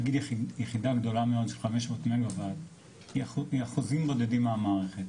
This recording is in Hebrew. יחידה גדולה מאוד של 500 מגה וואט היא אחוזים בודדים מהמערכת.